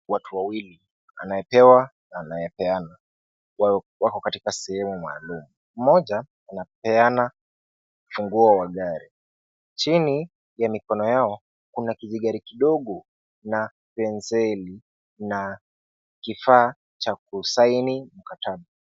Watu wawili , anayepewa na anayepeana, wako katika sehemu maalum. Mmoja anapeana funguo wa gari. Chini ya mikono yao kuna kijigari kidogo na penseli na kifaa cha kusaini mkataba.